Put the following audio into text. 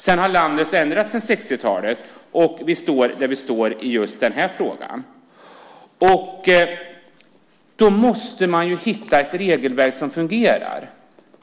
Sedan har landet ändrats sedan 60-talet och vi står där vi står i den här frågan. Då måste man hitta ett regelverk som fungerar.